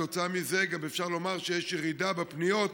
כתוצאה מזה גם אפשר לומר שיש ירידה בפניות,